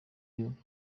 you